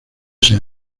ese